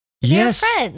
yes